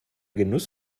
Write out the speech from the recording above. genuss